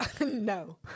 No